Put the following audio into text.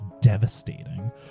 devastating